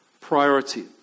Priority